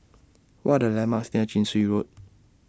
What Are The landmarks near Chin Swee Road